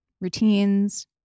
routines